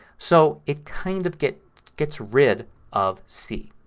so it kind of gets gets rid of c.